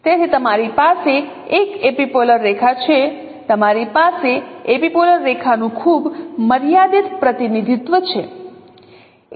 તેથી તમારી પાસે એક એપિપોલર રેખા છે તમારી પાસે એપિપોલર રેખા નું ખૂબ મર્યાદિત પ્રતિનિધિત્વ છે